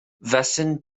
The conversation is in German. wessen